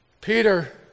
Peter